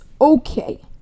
okay